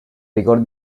rigor